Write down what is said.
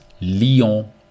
Lyon